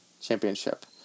championship